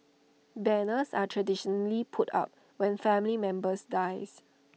banners are traditionally put up when family members dies